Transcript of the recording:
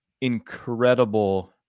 incredible